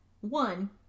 One